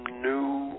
new